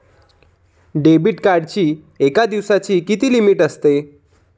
Debit कार्डची एका दिवसाची किती लिमिट असते?